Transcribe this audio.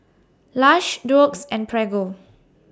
Lush Doux and Prego